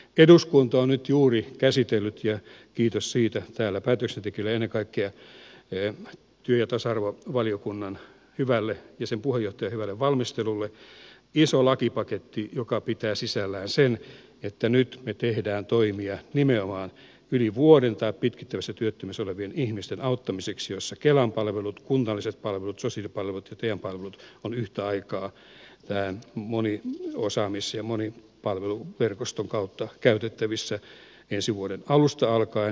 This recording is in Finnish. eduskunta on nyt juuri käsitellyt ja kiitos siitä täällä päätöksentekijöille ja ennen kaikkea työ ja tasa arvovaliokunnan ja sen puheenjohtajan hyvälle valmistelulle ison lakipaketin joka pitää sisällään sen että nyt me teemme toimia nimenomaan yli vuoden työttömänä olleiden tai pitkittyvässä työttömyydessä olevien ihmisten auttamiseksi ja siinä kelan palvelut kunnalliset palvelut sosiaalipalvelut ja te palvelut ovat yhtä aikaa moniosaamis ja monipalveluverkoston kautta käytettävissä ensi vuoden alusta alkaen